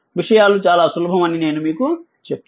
విషయాలు చాలా సులభం అని నేను మీకు చెప్తాను